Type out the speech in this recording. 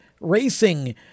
racing